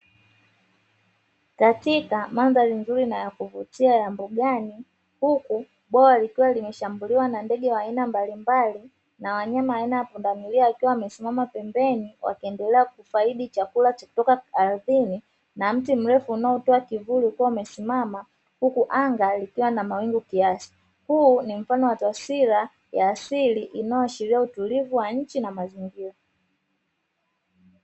Katika mandhari nzuri na ya kuvutia ya mbugani huku bwawa likiwa linashambuliwa na ndege wa aina mbalimbali, na wanyama aina ya pundamilia wakiwa wamesimama pembeni wakiwa wanaendelea kufaidi chakula kilchotoka ardhini, na mti mrefu unaotoa kivuli ukiwa umesimama, huku anga likiwa na mawingu kiasi, huu ni mfano wa taswira ya asili inayoashiria ya utulivu wa nchi na mazingira.